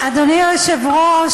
אדוני היושב-ראש,